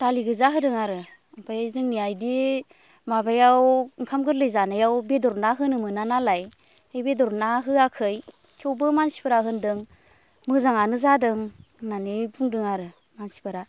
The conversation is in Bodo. दालि गोजा होदों आरो ओमफ्राय जोंनिया बिदि माबायाव ओंखाम गोरलै जानायाव बेदर ना होनो मोना नालाय बेदर ना होवाखै थेवबो मानसिफोरा होनदों मोजांआनो जादों होननानै बुंदो आरो मानसिफोरा